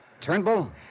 Turnbull